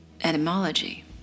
etymology